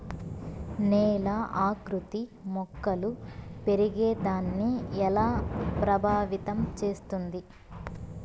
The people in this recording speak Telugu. నేల ఆకృతి మొక్కలు పెరిగేదాన్ని ఎలా ప్రభావితం చేస్తుంది?